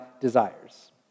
desires